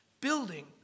building